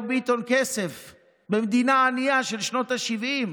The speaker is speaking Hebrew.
ביטון כסף במדינה הענייה של שנות השבעים,